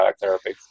therapy